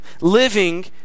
living